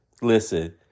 listen